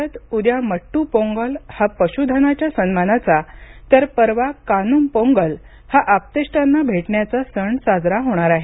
राज्यात उद्या मट्ट पोंगल हा पशुधनाच्या सन्मानाचा तर परवा कानुम पोंगल हा आप्तेष्टांना भेटण्याचा सण साजरा होणार आहे